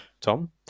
Tom